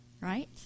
right